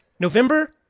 November